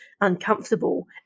uncomfortable